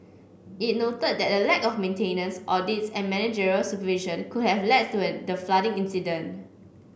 it noted that a lack of maintenance audits and managerial supervision could have led to an the flooding incident